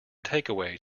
takeaway